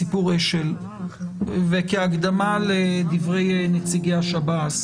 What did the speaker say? אשל, וכהקדמה לדברי נציגי השב"ס